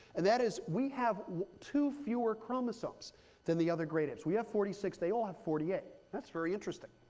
and that is we have two fewer chromosomes than the other great apes. we have forty six. they all have forty eight. that's very interesting.